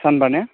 सानबा ने